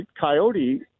Coyote